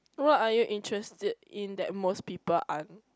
what are you interested in that most people aren't